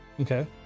okay